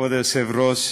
כבוד היושב-ראש,